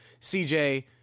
CJ